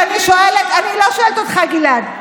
אבל אני לא שואלת אותך, גלעד.